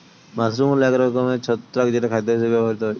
mushroom হল এক ধরনের ছত্রাক যেটা খাদ্য হিসেবে ব্যবহৃত হয়